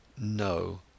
No